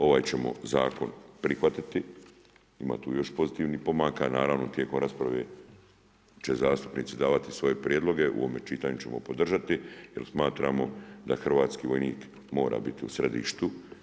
Ovaj ćemo zakon prihvatiti, ima tu još pozitivnih pomaka, naravno tijekom rasprave će zastupnici davati svoje prijedloge, u ovome čitanju ćemo podržati jer smatramo da hrvatski vojnik mora biti u središtu.